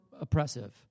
oppressive